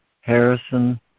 Harrison